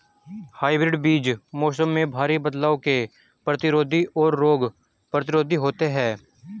hybrid बीज मौसम में भारी बदलाव के प्रतिरोधी और रोग प्रतिरोधी होते हैं